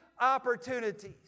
opportunities